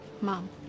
Mom